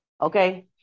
Okay